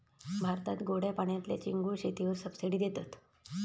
भारतात गोड्या पाण्यातल्या चिंगूळ शेतीवर सबसिडी देतत